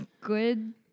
good